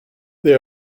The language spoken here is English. they